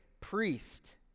priest